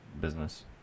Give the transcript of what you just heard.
business